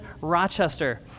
Rochester